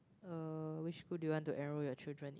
uh which school do you want enroll you children